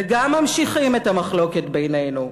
וגם ממשיכים, את המחלוקת בינינו.